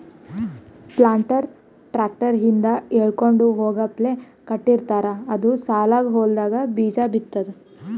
planter tractor ಹಿಂದ್ ಎಳ್ಕೊಂಡ್ ಹೋಗಪ್ಲೆ ಕಟ್ಟಿರ್ತಾರ್ ಅದು ಸಾಲಾಗ್ ಹೊಲ್ದಾಗ್ ಬೀಜಾ ಬಿತ್ತದ್